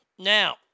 Now